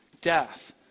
death